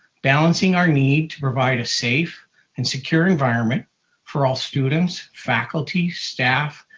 balancing our need to provide a safe and secure environment for all students, faculty, staff,